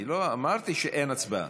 אמרתי שאין הצבעה.